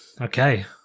Okay